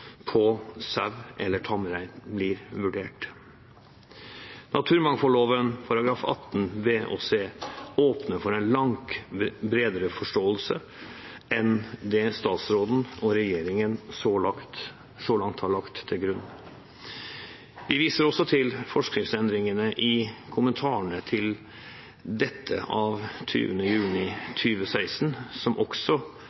på sau eller tamrein blir vurdert. Naturmangfoldloven § 18 første ledd bokstav b og c åpner for en langt bredere forståelse enn det statsråden og regjeringen så langt har lagt til grunn. Vi viser også til forskriftsendringene i kommentarene til dette, av 20. juni